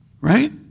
right